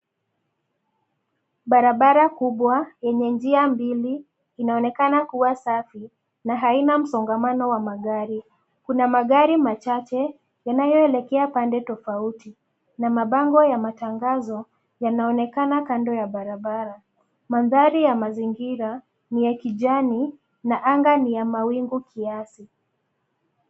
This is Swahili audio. Barabara kubwa yenye njia mbili inaonekana kuwa safi na haina msongamano wa magari. Kuna magari machache yanayoelekea pande tofauti na mabango ya matangazo yanaonekana kando ya barabara. Mandhari ya mazingira ni ya kijani na anga ni ya mawingu kiasi.